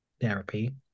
therapy